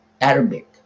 Arabic